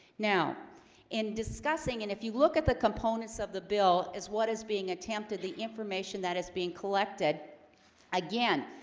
now in discussing, and if you look at the components of the bill as what is being attempted the information that is being collected again,